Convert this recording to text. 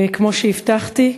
כמו שהבטחתי,